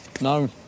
no